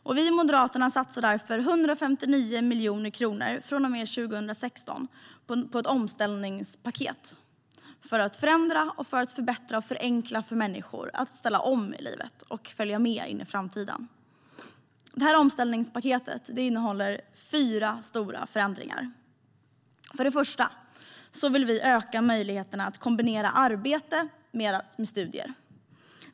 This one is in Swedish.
Vi i Moderaterna satsar därför 159 miljoner kronor från och med 2016 på ett omställningspaket för att förändra, förbättra och förenkla för människor att ställa om i livet och följa med in i framtiden. Detta omställningspaket innehåller fyra stora förändringar. För det första vill vi öka människors möjligheter att kombinera arbete med studier.